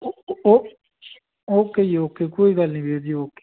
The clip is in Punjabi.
ਓਕੇ ਜੀ ਓਕੇ ਕੋਈ ਗੱਲ ਨਹੀਂ ਵੀਰ ਜੀ ਓਕੇ